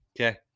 okay